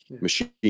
machine